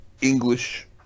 English